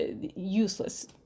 useless